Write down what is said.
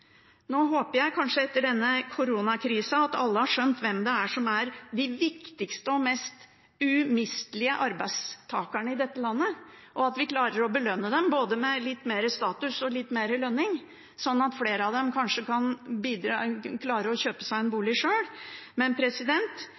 håper, kanskje etter denne koronakrisa, at alle har skjønt hvem som er de viktigste og mest umistelige arbeidstakerne i dette landet, og at vi klarer å belønne dem, med både litt mer status og litt mer lønn, slik at flere av dem kanskje klarer å kjøpe seg en bolig sjøl. Men